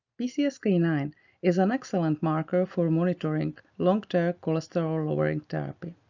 p c s k nine is an excellent marker for monitoring long-term cholesterol lowering therapy.